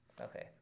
okay